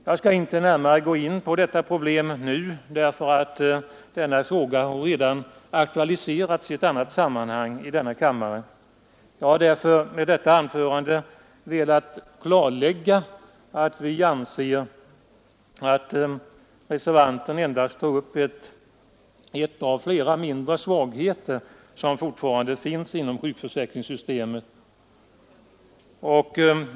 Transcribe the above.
Jag skall inte närmare gå in på denna fråga nu, eftersom den redan har aktualiserats i ett annat sammanhang i denna kammare. Jag har med detta anförande velat klarlägga att vi anser att reservanten endast tar upp en av flera mindre svagheter som fortfarande finns inom sjukförsäkringssystemet.